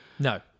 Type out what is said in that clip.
No